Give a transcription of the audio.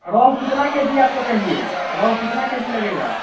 रोहू कितना K G आपको चाहिए रोहू कितना के जी लगेगा